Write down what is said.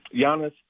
Giannis